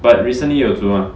but recently 有煮 mah